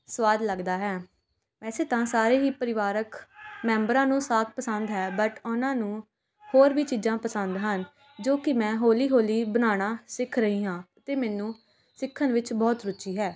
ਸਵਾਦ ਲੱਗਦਾ ਹੈ ਵੈਸੇ ਤਾਂ ਸਾਰੇ ਹੀ ਪਰਿਵਾਰਕ ਮੈਂਬਰਾਂ ਨੂੰ ਸਾਗ ਪਸੰਦ ਹੈ ਬਟ ਉਹਨਾਂ ਨੂੰ ਹੋਰ ਵੀ ਚੀਜ਼ਾਂ ਪਸੰਦ ਹਨ ਜੋ ਕਿ ਮੈਂ ਹੌਲੀ ਹੌਲੀ ਬਣਾਉਣਾ ਸਿੱਖ ਰਹੀ ਹਾਂ ਅਤੇ ਮੈਨੂੰ ਸਿੱਖਣ ਵਿੱਚ ਬਹੁਤ ਰੁਚੀ ਹੈ